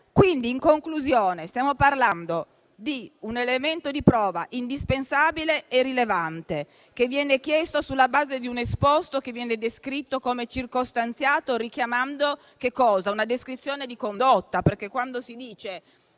garanzia. In conclusione, stiamo parlando di un elemento di prova indispensabile e rilevante, che viene chiesto sulla base di un esposto che viene descritto come circostanziato, richiamando una descrizione di condotta, perché quando si dice